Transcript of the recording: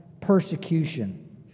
persecution